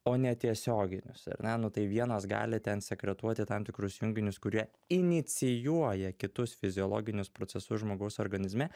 o ne tiesioginius ar ne nu tai vienos gali ten sekretuoti tam tikrus junginius kurie inicijuoja kitus fiziologinius procesus žmogaus organizme